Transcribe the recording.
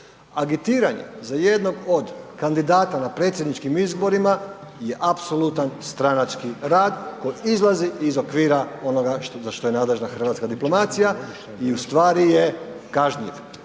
Agitiranje za jednog od kandidata na predsjedničkim izborima je apsolutan stranački rad koji izlazi iz okvira onoga što, za što je nadležna hrvatska diplomacija i u stvari je kažnjiv,